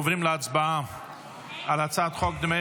אנחנו עוברים להצבעה על הצעת חוק דמי